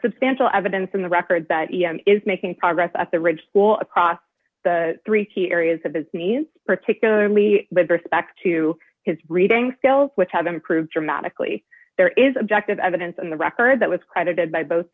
substantial evidence on the record that he is making progress at the ridge school across the three key areas of disney's particularly with respect to his reading skills which have improved dramatically there is objective evidence in the record that was credited by both